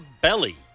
belly